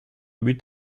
but